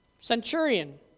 Centurion